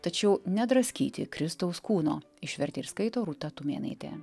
tačiau nedraskyti kristaus kūno išvertė ir skaito rūta tumėnaitė